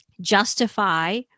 justify